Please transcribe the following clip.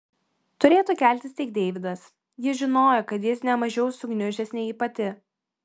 turėtų keltis tik deividas ji žinojo kad jis ne mažiau sugniužęs nei ji pati